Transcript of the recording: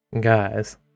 Guys